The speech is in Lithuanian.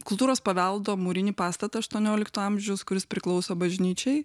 kultūros paveldo mūrinį pastatą aštuoniolikto amžiaus kuris priklauso bažnyčiai